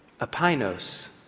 Apinos